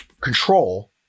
control